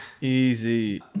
Easy